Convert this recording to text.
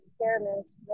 experiments